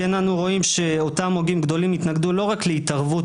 אם כן אנו רואים שאותם הוגים גדולים התנגדו לא רק להתערבות